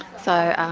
so